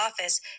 office